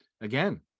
again